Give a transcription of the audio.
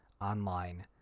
online